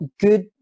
good